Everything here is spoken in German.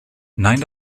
nein